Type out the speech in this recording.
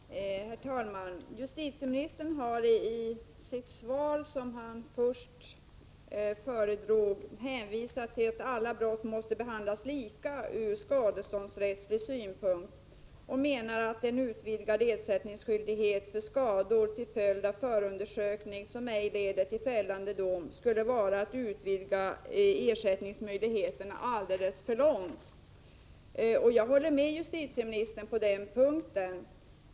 Herr talman! Justitieministern har i det svar som han föredrog hänvisat till att alla brott måste behandlas lika ur skadeståndsrättslig synpunkt. Han menar att en utvidgning av ersättningsskyldigheten till att omfatta skador till följd av förundersökningar som ej leder till fällande dom skulle föra för långt. Jag håller med justitieministern på den punkten.